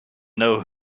know